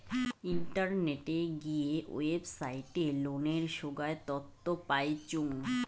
ইন্টারনেটে গিয়ে ওয়েবসাইটে লোনের সোগায় তথ্য পাইচুঙ